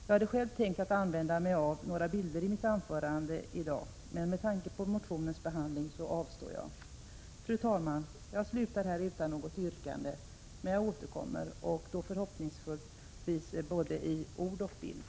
Jag hade själv tänkt använda mig av några bilder i mitt anförande i dag, men med tanke på motionens behandling avstår jag. Fru talman! Jag slutar här utan att ställa något yrkande. Men jag återkommer, förhoppningsvis i både ord och bild.